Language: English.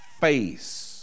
face